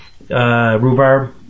rhubarb